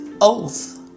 Oath